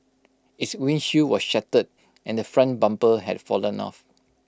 its windshield was shattered and the front bumper had fallen off